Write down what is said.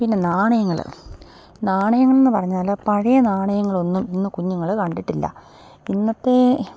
പിന്നെ നാണയങ്ങൾ നാണയങ്ങളെന്നു പറഞ്ഞാൽ പഴയ നാണയങ്ങളൊന്നും ഇന്ന് കുഞ്ഞുങ്ങൾ കണ്ടിട്ടില്ല ഇന്നത്തെ